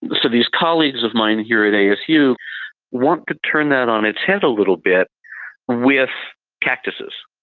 so these colleagues of mine here at asu want to turn that on its head a little bit with cactuses,